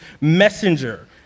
messenger